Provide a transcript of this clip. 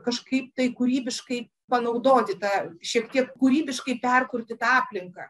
kažkaip tai kūrybiškai panaudoti tą šiek tiek kūrybiškai perkurti tą aplinką